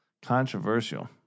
controversial